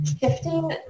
shifting